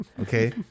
Okay